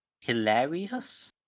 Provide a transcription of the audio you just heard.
hilarious